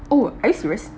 oh are you serious